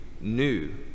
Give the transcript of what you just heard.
new